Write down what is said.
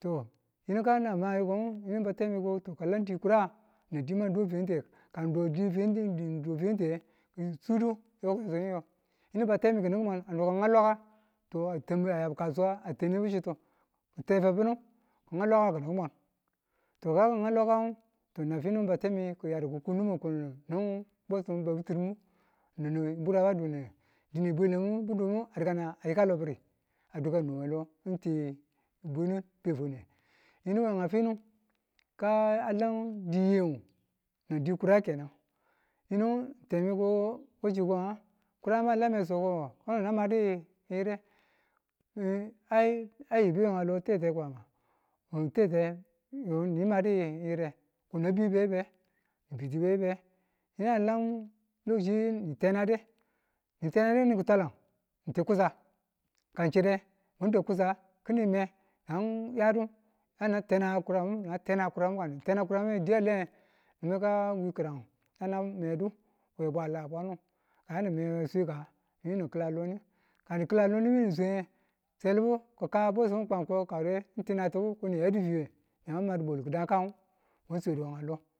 to yinu kan na mayikong yinu ba temi ko to ka landi kura nan di mwado fente kan ng do fente n sukudu n yo tini yo yini ba temi ki̱ni̱mumwan a no ki̱ ngau lwaka to a yabu kasuwa a tanebuchi to n te ba funu ki yinu ngau lwaka kin mufwan to kan ngu ki ngau lwakan ngu nan to nang fi batemi kiyadu ki̱ kunumin kulunu nin bwesim babi̱tịrim mu nini burabbu a dun ninenba dine bwelebu buduw a yika lobiri a dukka nun we lo ng ti bwenin befwane. Yinuwe nga funi kan ngu a lan di yeno di kura kenan yinu temi ko washi ko nga kuranang a lame so ko ngo yinu na madi yire a yibi we nga lo tete Kwama ko nga tete na madiyire ko na bi beyibe ni bitu beyibe yinu alam yo shi ni tenade ni tenadu kini kutwalang ng ti kusa ka ng chire mwa dau kusa ki̱ni me nan yadu yana tene kurangu na tena kurnangu ka ni tena kurangu kiran di a le ye yinu ka wi ki̱ranu yana mayadu we bwa la a bwanu ka yani mayewe kayani maye we swika yinu ni ki̱la loni ka ni ki̱la loni ni swenge selibu ki̱ka bwesimu kwan ko kawure ti natibu ko ni ya yadu fiwe nema ma di̱bwalu we ki̱dan kanang ma swedu a lo